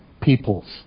peoples